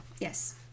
yes